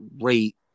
rate